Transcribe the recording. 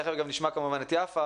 תכף גם נשמע כמובן את יפה